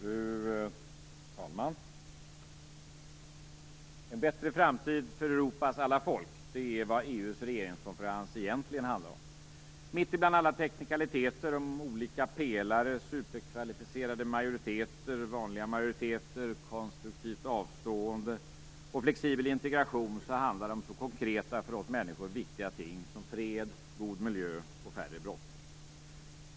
Fru talman! En bättre framtid för Europas alla folk är vad EU:s regeringskonferens egentligen handlar om. Mitt ibland alla teknikaliter om olika pelare, superkvalificerade majoriteter, vanliga majoriteter, konstruktivt avstående och flexibel integration handlar det om så konkreta och för oss människor viktiga ting som fred, god miljö och färre brott.